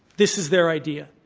this is their idea.